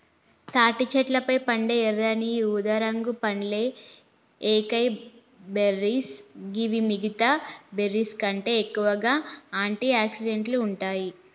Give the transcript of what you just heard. తాటి చెట్లపై పండే ఎర్రని ఊదారంగు పండ్లే ఏకైబెర్రీస్ గివి మిగితా బెర్రీస్కంటే ఎక్కువగా ఆంటి ఆక్సిడెంట్లు ఉంటాయి